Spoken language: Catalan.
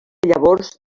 llavors